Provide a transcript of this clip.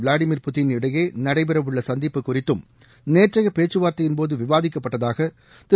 Vladimir புட்டின் இடையே நடைபெறவுள்ள சந்திப்பு குறித்தும் நேற்றைய பேச்சுவார்த்தையின்போது விவாதிக்கப்பட்டதாக திரு